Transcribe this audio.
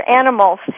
animals